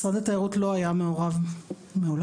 משרד התיירות לא היה מעורב מעולם.